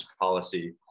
policy